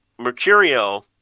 Mercurio